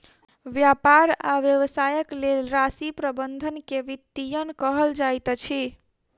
व्यापार आ व्यवसायक लेल राशि प्रबंधन के वित्तीयन कहल जाइत अछि